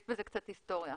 יש בזה קצת היסטוריה.